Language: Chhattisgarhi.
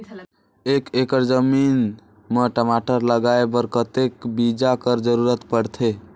एक एकड़ जमीन म टमाटर लगाय बर कतेक बीजा कर जरूरत पड़थे?